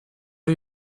are